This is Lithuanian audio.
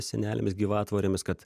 sienelėmis gyvatvorėmis kad